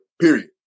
period